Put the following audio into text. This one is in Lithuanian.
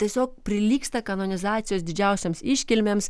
tiesiog prilygsta kanonizacijos didžiausioms iškilmėms